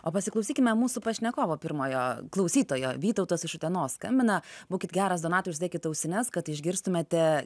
o pasiklausykime mūsų pašnekovo pirmojo klausytojo vytautas iš utenos skambina būkit geras donatai užsidėkit ausines kad išgirstumėte